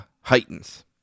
heightens